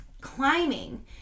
climbing